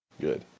Good